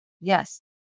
yes